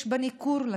יש בה ניכור לשפה.